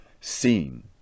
seen